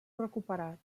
recuperat